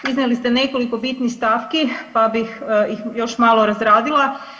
Iznijeli ste nekoliko bitnih stavki pa bih ih još malo razradila.